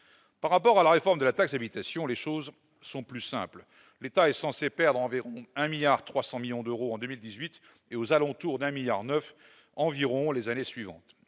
Par rapport à la réforme de la taxe d'habitation, les choses sont plus simples. L'État est censé perdre environ 1,3 milliard d'euros en 2018 et aux alentours de 1,9 milliard d'euros les années suivantes.